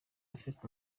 affleck